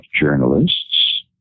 journalists